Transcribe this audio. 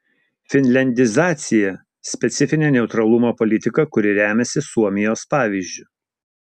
finliandizacija specifinė neutralumo politika kuri remiasi suomijos pavyzdžiu